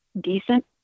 decent